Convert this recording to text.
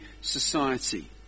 society